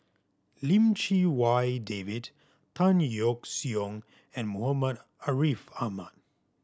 Lim Chee Wai David Tan Yeok Seong and Muhammad Ariff Ahmad